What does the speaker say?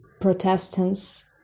Protestants